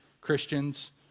Christians